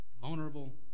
vulnerable